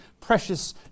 precious